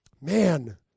Man